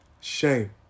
Shame